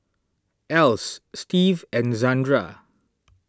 Else Steve and Zandra